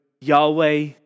Yahweh